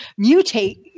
mutate